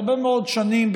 הרבה מאוד שנים,